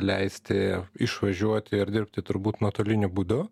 leisti išvažiuoti ir dirbti turbūt nuotoliniu būdu